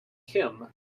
kim